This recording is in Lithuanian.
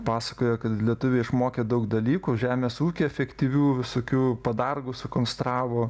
pasakoja kad lietuviai išmokė daug dalykų žemės ūky efektyvių visokių padargų sukonstravo